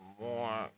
more